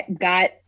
got